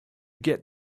get